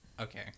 Okay